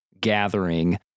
gathering